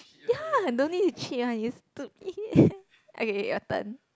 ya I don't need to cheat one you stupid okay your turn